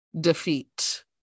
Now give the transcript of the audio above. defeat